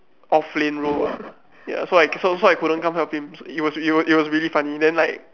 off lane rule ah ya so I so I couldn't come help him it was it was it was really funny then like